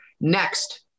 Next